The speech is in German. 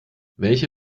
welche